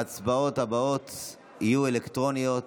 ההצבעות הבאות יהיו אלקטרוניות,